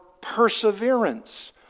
perseverance